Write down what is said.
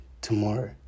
Tomorrow